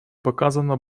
показано